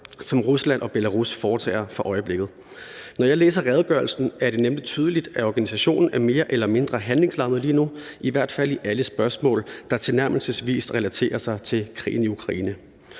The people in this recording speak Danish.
som Rusland og Belarus foretager for øjeblikket. Når jeg læser redegørelsen, er det nemlig tydeligt, at organisationen er mere eller mindre handlingslammet lige nu, i hvert fald i alle spørgsmål, der tilnærmelsesvis relaterer sig til krigen i Ukraine.